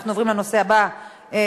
אנחנו עוברים לנושא הבא בסדר-היום,